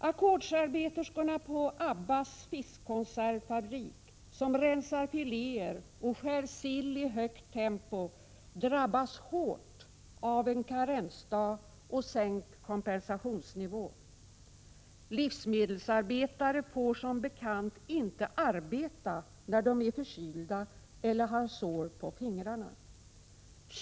Ackordsarbeterskorna på Abba:s fiskkonservfabrik som rensar filéer och skär sill i högt tempo drabbas hårt av en karensdag och sänkt kompensationsnivå. Livsmedelsarbetare får som bekant inte arbeta när de är förkylda eller har sår på fingrarna.